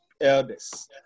elders